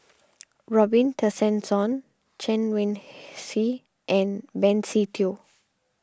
Robin Tessensohn Chen Wen Hsi and Benny Se Teo